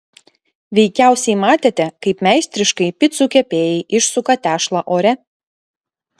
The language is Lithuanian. veikiausiai matėte kaip meistriškai picų kepėjai išsuka tešlą ore